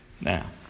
Now